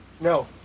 No